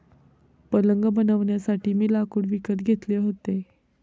पलंग बनवण्यासाठी मी लाकूड विकत घेतले होते